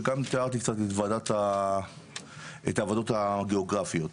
שגם תארתי קצת את העבודות הגיאוגרפיות.